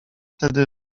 tedy